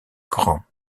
grant